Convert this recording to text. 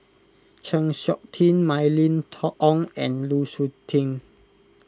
Chng Seok Tin Mylene Ong and Lu Suitin